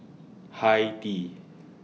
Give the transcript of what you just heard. Hi Tea